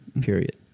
period